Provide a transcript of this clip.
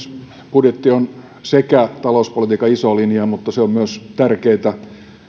budjetti on talouspolitiikan iso linja mutta se on myös tärkeitä